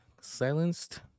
silenced